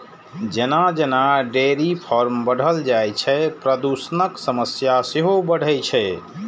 जेना जेना dairy farm बढ़ल जाइ छै, प्रदूषणक समस्या सेहो बढ़ै छै